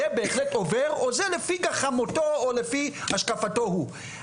זה בהחלט עובר או זה לפי גחמתו או לפי השקפתו הוא?